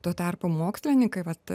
tuo tarpu mokslininkai vat